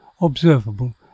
observable